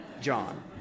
John